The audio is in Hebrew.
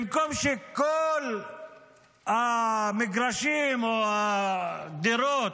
במקום שכל המגרשים או הדירות,